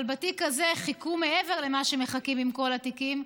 אבל בתיק הזה חיכו מעבר למה שמחכים עם כל התיקים,